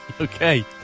Okay